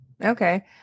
Okay